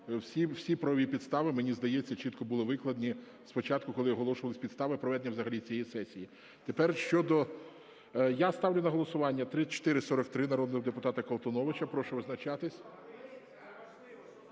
Всі правові підстави, мені здається, чітко були викладені спочатку, коли я оголошував підстави проведення взагалі цієї сесії. Тепер щодо... Я ставлю на голосування 3443 народного депутата Колтуновича.